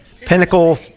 Pinnacle